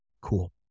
Cool